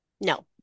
No